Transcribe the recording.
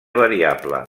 variable